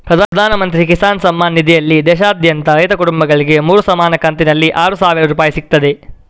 ಪ್ರಧಾನ ಮಂತ್ರಿ ಕಿಸಾನ್ ಸಮ್ಮಾನ್ ನಿಧಿನಲ್ಲಿ ದೇಶಾದ್ಯಂತ ರೈತ ಕುಟುಂಬಗಳಿಗೆ ಮೂರು ಸಮಾನ ಕಂತಿನಲ್ಲಿ ಆರು ಸಾವಿರ ರೂಪಾಯಿ ಸಿಗ್ತದೆ